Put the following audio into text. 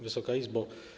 Wysoka Izbo!